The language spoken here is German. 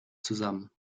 zusammen